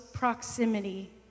Proximity